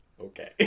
Okay